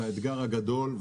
זה האתגר הגדול.